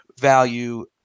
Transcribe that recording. value